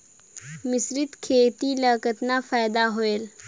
मिश्रीत खेती ल कतना फायदा होयल?